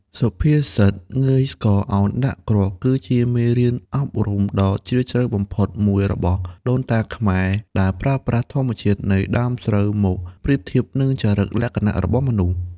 សុភាសិត «ងើយស្កក ឱនដាក់គ្រាប់» គឺជាមេរៀនអប់រំដ៏ជ្រាលជ្រៅបំផុតមួយរបស់ដូនតាខ្មែរ ដែលប្រើប្រាស់ធម្មជាតិនៃដើមស្រូវមកប្រៀបធៀបនឹងចរិតលក្ខណៈរបស់មនុស្ស។